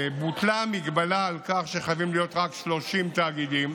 בוטלה המגבלה על כך שחייבים להיות רק 30 תאגידים.